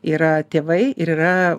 yra tėvai ir yra